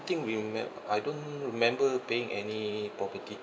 think we met I don't remember paying any property